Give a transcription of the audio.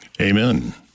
Amen